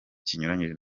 kinyuranyije